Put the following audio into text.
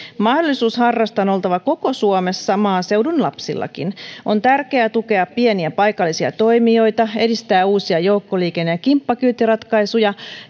mahdollisuuden harrastaa on oltava koko suomessa maaseudun lapsillakin on tärkeää tukea pieniä paikallisia toimijoita edistää uusia joukkoliikenne ja kimppakyytiratkaisuja